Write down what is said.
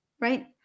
right